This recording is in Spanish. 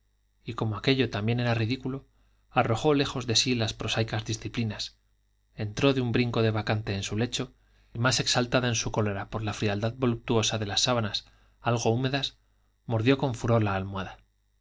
y como aquello también era ridículo arrojó lejos de sí las prosaicas disciplinas entró de un brinco de bacante en su lecho y más exaltada en su cólera por la frialdad voluptuosa de las sábanas algo húmedas mordió con furor la almohada